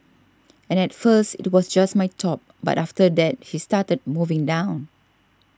and at first it was just my top but after that he started moving down